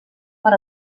per